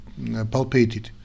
palpated